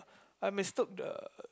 I mistook the